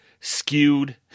skewed